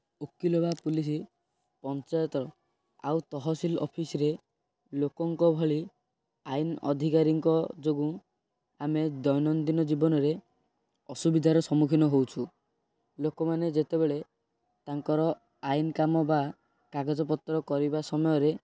ଓକିଲ ବା ପୋଲିସ୍ ପଞ୍ଚାୟତ ଆଉ ତହସିଲ ଅଫିସ୍ରେ ଲୋକଙ୍କ ଭଳି ଆଇନ ଅଧିକାରୀଙ୍କ ଯୋଗୁଁ ଆମେ ଦୈନନ୍ଦିନ ଜୀବନରେ ଅସୁବିଧାର ସମ୍ମୁଖୀନ ହଉଛୁ ଲୋକମାନେ ଯେତେବେଳେ ତାଙ୍କର ଆଇନ କାମ ବା କାଗଜ ପତ୍ର କରିବା ସମୟରେ